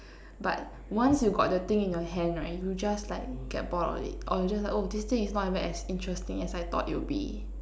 but once you got the thing in your hand right you just like get bored of it or just like oh this thing is not even as interesting as I thought it would be